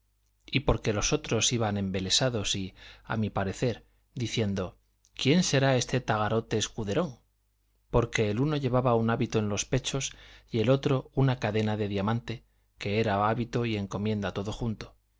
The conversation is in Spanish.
y porque los otros iban embelesados y a mi parecer diciendo quién será este tagarote escuderón porque el uno llevaba un hábito en los pechos y el otro una cadena de diamantes que era hábito y encomienda todo junto dije yo que andaba en busca de